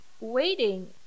waiting